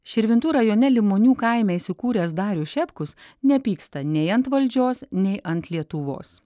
širvintų rajone limonių kaime įsikūręs darius šepkus nepyksta nei ant valdžios nei ant lietuvos